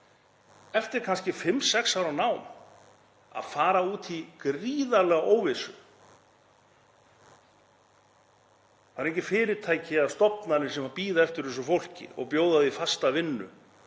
eftir kannski fimm, sex ára nám að fara út í gríðarlega óvissu. Það eru engin fyrirtæki eða stofnanir sem bíða eftir þessu fólki og bjóða því fasta vinnu